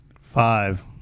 Five